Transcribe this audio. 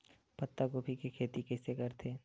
पत्तागोभी के खेती कइसे करथे?